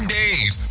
days